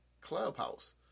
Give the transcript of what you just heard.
clubhouse